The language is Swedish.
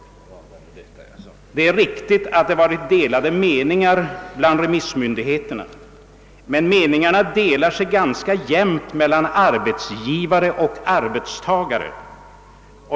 Det är riktigt att det finns delade meningar bland remissmyndigheterna, men meningarna fördelar sig ganska jämnt mellan arbetsgivare och arbetstagare.